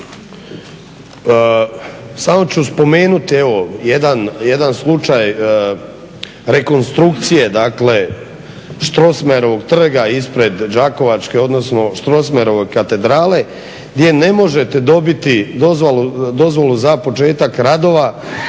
samo ću spomenuti evo jedan slučaj rekonstrukcije, dakle Strossmayerovog ispred đakovačke, odnosno Strossmayerove katedrale gdje ne možete dobiti dozvolu za početak radova